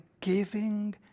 giving